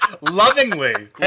Lovingly